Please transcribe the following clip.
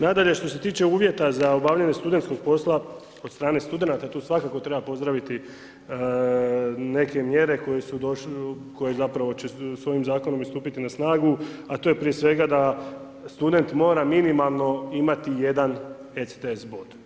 Nadalje, što se tiče uvjeta za obavljanje studentskog posla, od stran studenata, tu svakako treba pozdraviti neke mjere koje zapravo će s ovim zakonom stupiti na snagu, a to je prije svega, da student mora minimalno imati 1 ECTS bod.